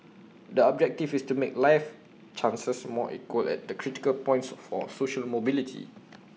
the objective is to make life chances more equal at the critical points for social mobility